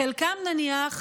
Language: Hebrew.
חלקם, נניח,